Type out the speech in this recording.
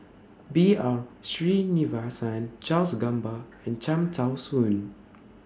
B R Sreenivasan Charles Gamba and Cham Tao Soon